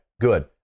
Good